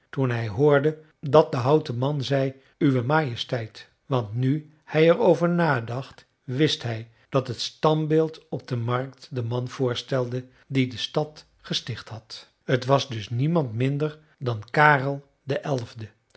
toen hij hoorde dat de houten man zei uwe majesteit want nu hij er over nadacht wist hij dat het standbeeld op de markt den man voorstelde die de stad gesticht had t was dus niemand minder dan karel de elfde